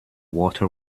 water